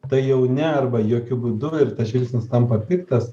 tai jau ne arba jokiu būdu ir tas žvilgsnis tampa piktas